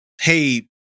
hey